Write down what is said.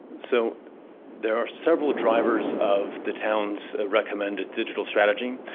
so there are several drivers of the town's recommended digital strategy.